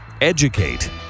Educate